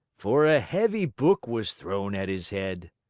for a heavy book was thrown at his head.